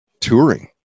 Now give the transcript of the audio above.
touring